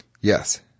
Yes